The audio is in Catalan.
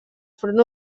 front